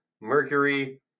mercury